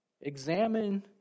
Examine